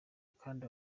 kandi